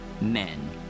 men